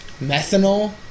Methanol